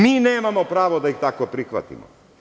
Mi nemamo pravo da ih tako prihvatimo.